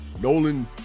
Nolan